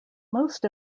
most